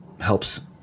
helps